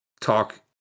talk